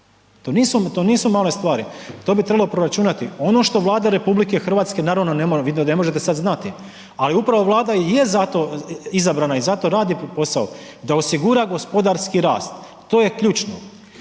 To nisu male stvari, to bi trebalo proračunati. Ono što Vlada RH naravno ne može, vi to ne možete sada znati ali upravo Vlada i je zato izabrana i zato radi posao da osigura gospodarski rast. To je ključno.